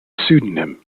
pseudonym